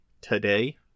today